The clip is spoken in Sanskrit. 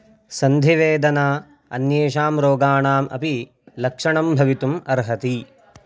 सन्धिवेदना अन्येषां रोगाणाम् अपि लक्षणं भवितुम् अर्हति